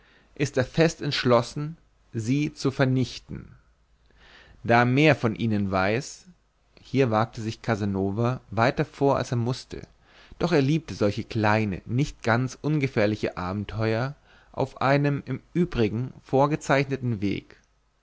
ist er fest entschlossen sie zu vernichten da er mehr von ihnen weiß hier wagte sich casanova weiter vor als er mußte doch er liebte solche kleine nicht ganz ungefährliche abenteuer auf einem im übrigen vorgezeichneten weg